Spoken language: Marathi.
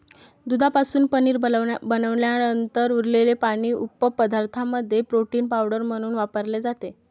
दुधापासून पनीर बनवल्यानंतर उरलेले पाणी उपपदार्थांमध्ये प्रोटीन पावडर म्हणून वापरले जाते